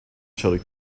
showed